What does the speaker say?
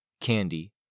Candy